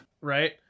Right